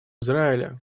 израиля